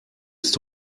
ist